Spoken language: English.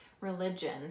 religion